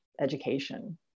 education